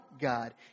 God